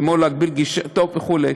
כמו להגביל גישה וכו',